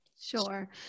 Sure